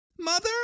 mother